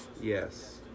Yes